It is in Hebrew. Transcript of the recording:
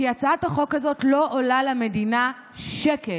כי הצעת החוק הזאת לא עולה למדינה שקל.